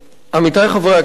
עמיתי חברי הכנסת,